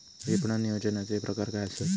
विपणन नियोजनाचे प्रकार काय आसत?